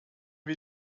wir